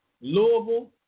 Louisville